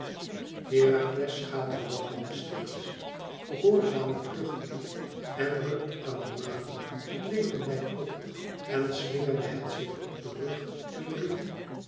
herakles schaterlachende steeds gehoorzaamde kluchtiglijk en rukte aan de manen het leeuwlijk op en slingerde het zich op den rug en riep